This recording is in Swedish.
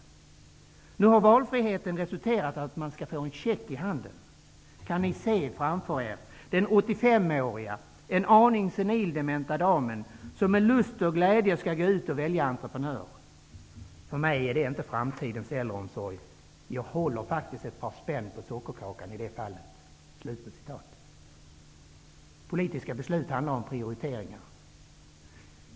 Nu har valfriheten resulterat i att man skall få en check i handen. Kan ni se framför er den 85-åriga, en aning senildementa, damen som med lust och glädje skall gå ut och välja entreprenör? För mig är det inte framtidens äldreomsorg. Jag håller faktiskt ett par spänn på sockerkakan i det fallet.'' Politiska beslut handlar om prioriteringar.